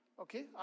okay